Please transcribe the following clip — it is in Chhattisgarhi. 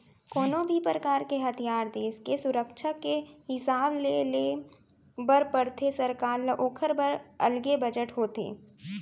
कोनो भी परकार के हथियार देस के सुरक्छा के हिसाब ले ले बर परथे सरकार ल ओखर बर अलगे बजट होथे